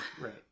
right